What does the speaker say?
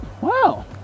Wow